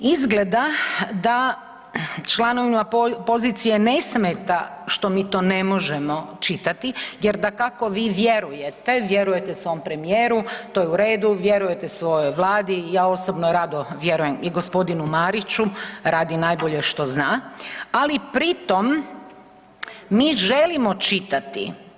Izgleda da članovima pozicije ne smeta što mi to ne možemo čitati jer dakako vi vjerujete, vjerujete svom premijeru to je u redu, vjerujete svojoj Vladi, ja osobno rado vjerujem i gospodinu Mariću radi najbolje što zna, ali pri tom mi želimo čitati.